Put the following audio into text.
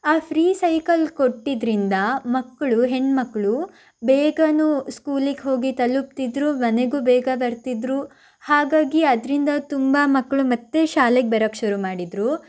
ಆ free cycle ಕೊಟ್ಟಿದ್ದರಿಂದ ಮಕ್ಕಳು ಹೆಣ್ಣುಮಕ್ಕಳು ಬೇಗನೂ ಸ್ಕೂಲಿಗೆ ಹೋಗಿ ತಲುಪ್ತಿದ್ರು ಮನೆಗೂ ಬೇಗ ಬರ್ತಿದ್ರು ಹಾಗಾಗಿ ಅದರಿಂದ ತುಂಬ ಮಕ್ಕಳು ಮತ್ತೆ ಶಾಲೆಗೆ ಬರೋಕ್ಕೆ ಶುರು ಮಾಡಿದರು